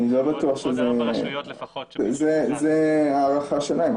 עוד ארבע רשויות לפחות שביקשו --- זה הערכה שלהן.